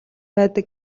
байдаг